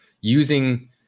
using